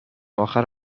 اخرم